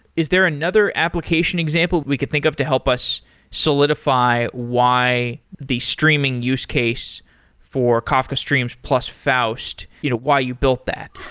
is there another application example we could think of to help us solidify why the streaming use case for kafka streams plus faust, you know why you build that?